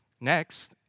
Next